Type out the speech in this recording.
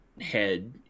head